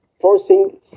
Forcing